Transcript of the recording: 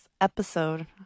episode